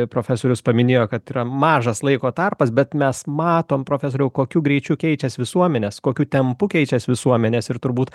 profesorius paminėjo kad yra mažas laiko tarpas bet mes matom profesoriau kokiu greičiu keičias visuomenės kokiu tempu keičias visuomenės ir turbūt